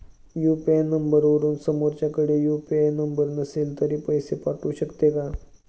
UPI नंबरवरून समोरच्याकडे UPI number नसेल तरी पैसे पाठवू शकते का?